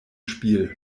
spiel